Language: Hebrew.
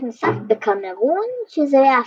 ובית נוסף בקמרון, שזה באפריקה.